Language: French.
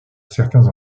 certains